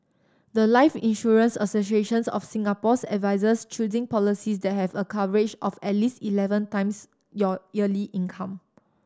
the life Insurance Associations of Singapore's advises choosing policies that have a coverage of at least eleven times your yearly income